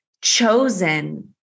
chosen